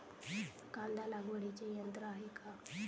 कांदा लागवडीचे यंत्र आहे का?